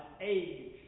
age